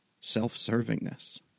self-servingness